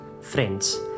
friends